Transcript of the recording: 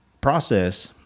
process –